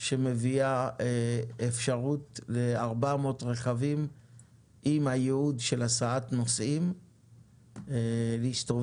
שמביאה אפשרות ל-400 רכבים עם ייעוד של הסעת נוסעים להסתובב